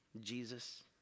Jesus